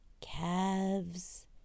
calves